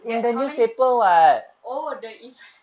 that how many oh the event